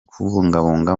kubungabunga